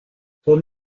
son